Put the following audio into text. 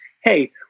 hey